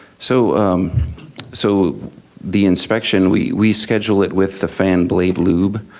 so so the inspection, we we schedule it with the fan blade lube.